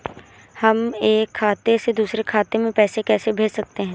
हम एक खाते से दूसरे खाते में पैसे कैसे भेज सकते हैं?